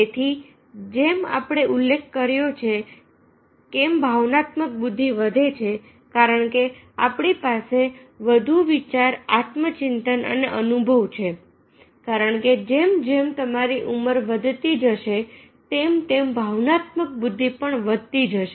તેથી જેમ આપણે ઉલ્લેખ કર્યો છે કેમ ભાવનાત્મક બુદ્ધિ વધે છે કારણ કે આપણી પાસે વધુ વિચાર આત્મચિંતન અને અનુભવ છે કારણકે જેમ જેમ તમારી ઉમર વધતી જશે તેમ તેમ ભાવનાત્મક બુદ્ધિ પણ વધતી જશે